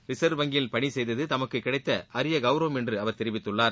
reserve வங்கியில் பணி செய்தது தமக்கு கிடைத்த அரிய கௌரவம் என்று அவர் தெரிவித்துள்ளார்